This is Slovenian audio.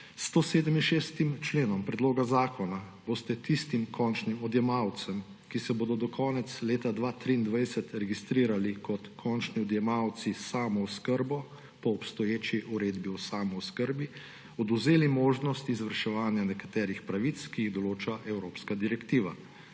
167. členom predloga zakona boste tistim končnim odjemalcem, ki se bodo do konca leta 2023 registrirali kot končni odjemalci s samooskrbo, po obstoječi uredbi o samooskrbi odvzeli možnost izvrševanja nekaterih pravic, ki jih določa evropska direktiva.